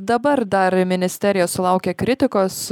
dabar dar ministerija sulaukia kritikos